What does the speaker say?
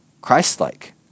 christ-like